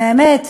באמת,